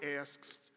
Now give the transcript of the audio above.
asks